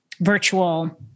virtual